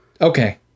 Okay